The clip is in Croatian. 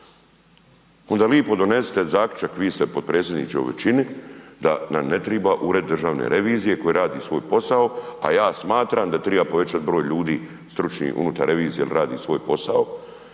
Onda lijepo donesite zaključak, vi ste potpredsjedniče u većini, da nam ne treba Ured državne revizije koji radi svoj posao, a ja smatram da treba povećati broj ljudi stručnih unutar revizije jer radi svoj posao